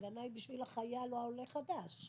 ההגנה בשביל החייל או העולה החדש.